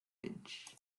bridge